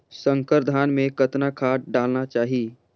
संकर धान मे कतना खाद डालना चाही?